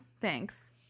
thanks